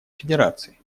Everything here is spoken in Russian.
федерации